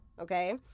okay